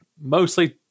Mostly